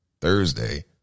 Thursday